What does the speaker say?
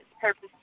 purpose